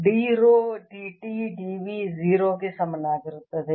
D rho dt dv 0 ಗೆ ಸಮನಾಗಿರುತ್ತದೆ